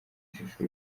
ishusho